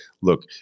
look